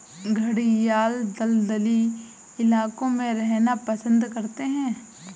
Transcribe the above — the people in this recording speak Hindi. घड़ियाल दलदली इलाकों में रहना पसंद करते हैं